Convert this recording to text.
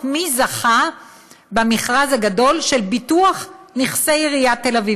מי זכה במכרז הגדול של ביטוח נכסי עיריית תל אביב.